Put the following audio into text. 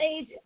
age